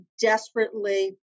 desperately